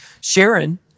Sharon